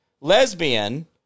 lesbian